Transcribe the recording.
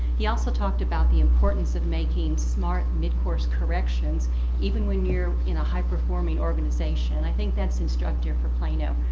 he also talked about the importance of making smart mid-course corrections even when you're in a high performing organization. i think that's instructive for plano.